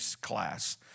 class